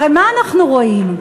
הרי מה אנחנו רואים?